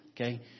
okay